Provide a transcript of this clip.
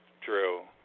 True